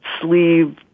sleeve